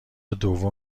دوم